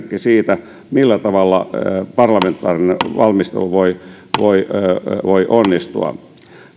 siitä millä tavalla parlamentaarinen valmistelu voi voi onnistua